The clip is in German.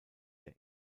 der